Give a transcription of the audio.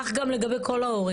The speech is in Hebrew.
כך גם לגבי כל ההורים.